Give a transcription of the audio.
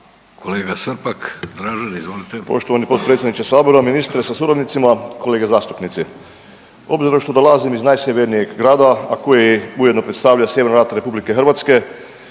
**Srpak, Dražen (HDZ)** Poštovani potpredsjedniče sabora, ministre sa suradnicima, kolege zastupnici, obzirom što dolazim iz najsjevernijeg grada, a koji ujedno predstavlja sjeverna vrata RH i kroz